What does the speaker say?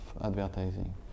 advertising